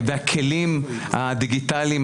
הכלים הדיגיטליים,